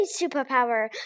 superpower